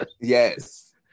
yes